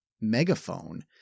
megaphone